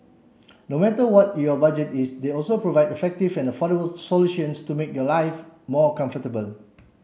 no matter what your budget is they also provide effective and affordable solutions to make your life more comfortable